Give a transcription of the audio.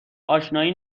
آشنایی